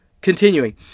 Continuing